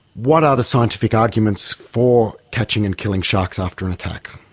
what are the scientific arguments for catching and killing sharks after an attack?